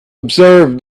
observe